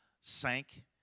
sank